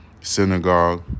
synagogue